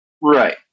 Right